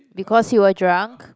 because you were drunk